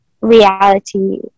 reality